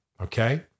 Okay